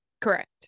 Correct